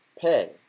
pay